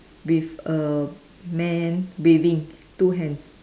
with a man waving two hands